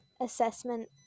assessment